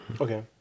Okay